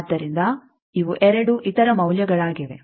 ಆದ್ದರಿಂದ ಇವು 2 ಇತರ ಮೌಲ್ಯಗಳಾಗಿವೆ